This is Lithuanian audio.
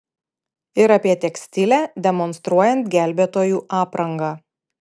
ir apie tekstilę demonstruojant gelbėtojų aprangą